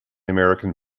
american